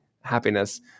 happiness